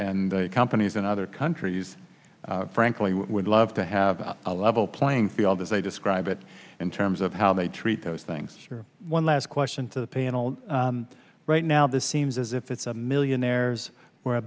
and companies in other countries frankly would love to have a level playing field as i describe it in terms of how they treat those things your one last question to the panel right now this seems as if it's a millionaires where